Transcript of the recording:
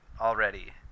already